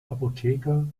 apotheker